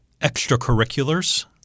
extracurriculars